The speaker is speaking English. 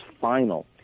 final